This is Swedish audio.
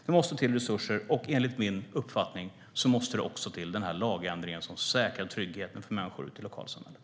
Det måste till resurser, och enligt min uppfattning måste det också till en lagändring som säkrar tryggheten för människor ute i lokalsamhället.